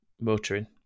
motoring